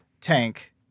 Tank